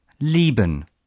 lieben